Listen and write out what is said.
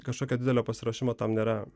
kažkokio didelio pasiruošimo tam nėra